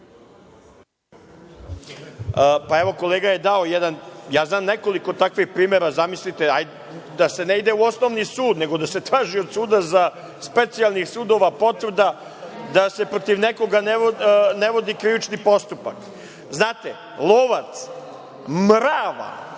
Evo, kolega je dao jedan, a ja znam nekoliko takvih primera. Zamislite, da se ne ide u osnovni sud, nego da se traži od specijalnih sudova potvrda da se protiv nekoga ne vodi krivični postupak? Znate, lovac mrava